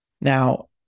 Now